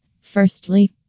Firstly